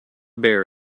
bear